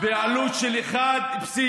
זה בעלות של 1.26,